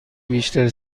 بیشتر